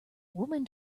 woman